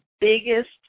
biggest